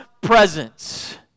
presence